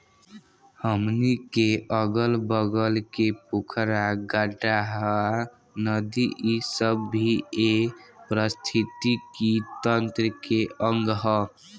हमनी के अगल बगल के पोखरा, गाड़हा, नदी इ सब भी ए पारिस्थिथितिकी तंत्र के अंग ह